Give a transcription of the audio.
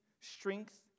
strength